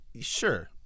Sure